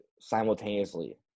simultaneously